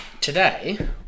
Today